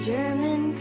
German